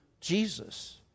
Jesus